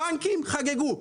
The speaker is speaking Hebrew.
הבנקים חגגו.